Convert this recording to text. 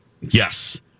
Yes